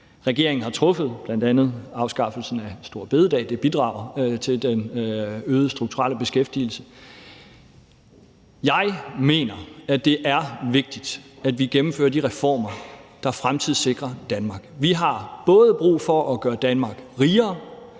regeringen har truffet, bl.a. afskaffelsen af store bededag; det bidrager til den øgede strukturelle beskæftigelse. Jeg mener, at det er vigtigt, at vi gennemfører de reformer, der fremtidssikrer Danmark. Vi har både brug for at gøre Danmark rigere,